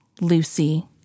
Lucy